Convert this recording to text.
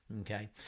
okay